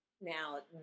Now